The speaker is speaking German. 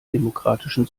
demokratischen